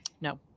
No